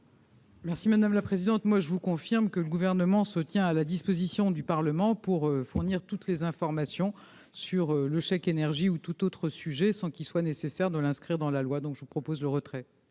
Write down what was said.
Merci madame la présidente, moi je vous confirme que le gouvernement se tient à la disposition du Parlement pour fournir toutes les informations sur le chèque énergie ou tout autre sujet, sans qu'il soit nécessaire de l'inscrire dans la loi, donc je vous propose le retrait.